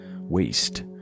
waste